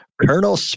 Colonel